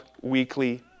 weekly